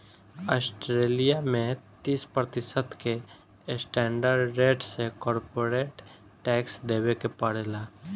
Australia में तीस प्रतिशत के स्टैंडर्ड रेट से कॉरपोरेट टैक्स देबे के पड़ेला